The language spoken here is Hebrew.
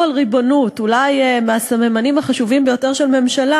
ראש הממשלה